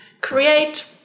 create